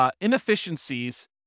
Inefficiencies